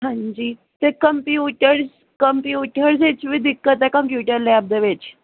ਹਾਂਜੀ ਤੇ ਕੰਪਿਊਟਰ ਵਿੱਚ ਵੀ ਦਿੱਕਤ ਐ ਕੰਪਿਊਟਰ ਲੈਬ ਦੇ ਵਿੱਚ